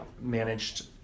managed